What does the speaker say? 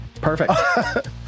Perfect